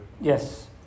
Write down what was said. Yes